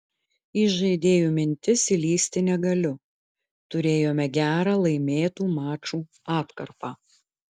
į žaidėjų mintis įlįsti negaliu turėjome gerą laimėtų mačų atkarpą